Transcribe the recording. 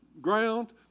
ground